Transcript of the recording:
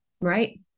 Right